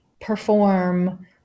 perform